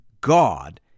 God